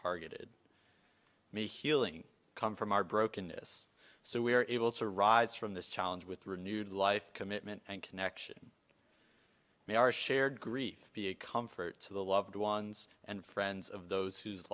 targeted me healing come from our brokenness so we are able to rise from this challenge with renewed life commitment and connection may our shared grief be a comfort to the loved ones and friends of those whose